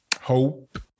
hope